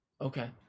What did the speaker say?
Okay